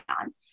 on